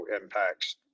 impacts